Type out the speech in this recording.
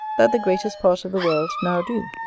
that the greatest part of the world now do.